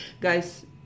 guys